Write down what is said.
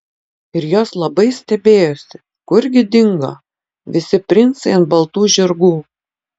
ir jos labai stebėjosi kurgi dingo visi princai ant baltų žirgų